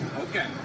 Okay